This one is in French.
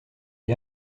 des